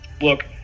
look